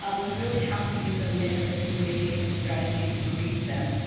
um we really have to use a mix of communication strategies to reach them.